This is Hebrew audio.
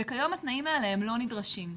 וכיום התנאים האלה הם לא נדרשים.